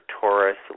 taurus